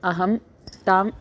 अहं ताम्